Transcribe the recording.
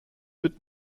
wird